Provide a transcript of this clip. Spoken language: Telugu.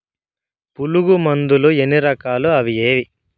పులుగు మందులు ఎన్ని రకాలు అవి ఏవి?